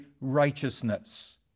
righteousness